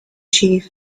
chief